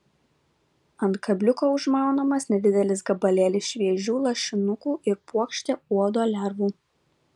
ant kabliuko užmaunamas nedidelis gabalėlis šviežių lašinukų ir puokštė uodo lervų